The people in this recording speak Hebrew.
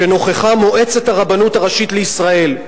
כש"נוכחה מועצת הרבנות הראשית לישראל,